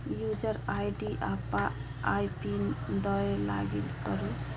user ID आ I PIN दए login करु